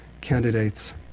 candidates